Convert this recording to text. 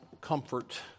comfort